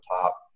top